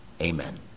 Amen